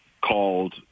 called